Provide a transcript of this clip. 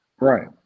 Right